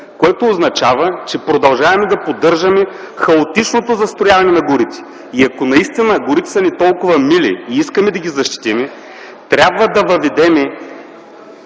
което означава, че продължаваме да поддържаме хаотичното застрояване на горите. И ако наистина горите са ни толкова мили и искаме да ги защитим, трябва да въведем